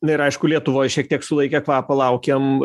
na ir aišku lietuvoj šiek tiek sulaikę kvapą laukiam